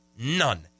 None